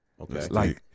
Okay